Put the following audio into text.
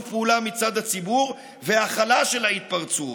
פעולה מצד הציבור והכלה של ההתפרצות.